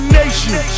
nation